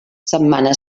setmana